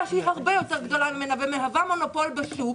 שהיא הרבה יתר גדולה ממנה ומהווה מונופול בשוק.